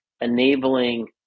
enabling